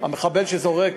המחבל שזורק,